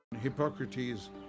Hippocrates